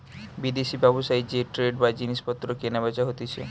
বিদেশি ব্যবসায় যে ট্রেড বা জিনিস পত্র কেনা বেচা হতিছে